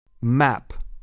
Map